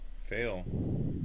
fail